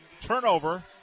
turnover